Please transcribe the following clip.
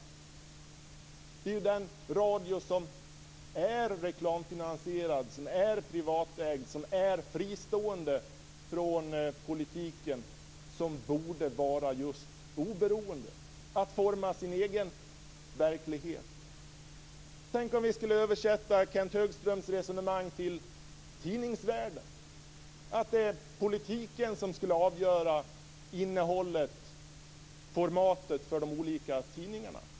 Det är ju den radio som är reklamfinansierad, som är privatägd och som är fristående från politiken som borde vara just oberoende att forma sin egen verklighet. Tänk om vi skulle översätta Kenth Högströms resonemang till tidningsvärlden, att det är politiken som ska avgöra innehållet och formatet för de olika tidningarna.